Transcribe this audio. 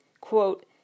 Quote